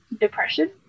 depression